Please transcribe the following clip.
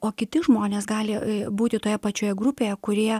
o kiti žmonės gali būti toje pačioje grupėje kurie